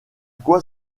quoi